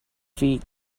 feet